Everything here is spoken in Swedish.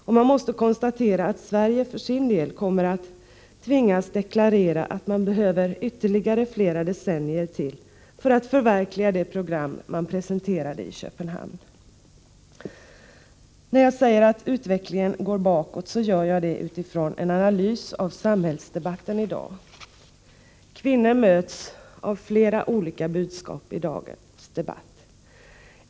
Vi måste konstatera att Sverige för sin del kommer att tvingas deklarera att det behövs ytterligare flera decennier för att man skall förverkliga det program som man presenterade i Köpenhamn. Jag säger att utvecklingen går bakåt utifrån en analys av samhällsdebatten i dag. Kvinnor möts av flera olika budskap i dagens debatt.